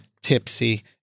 Tipsy